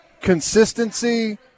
Consistency